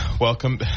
welcome